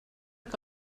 que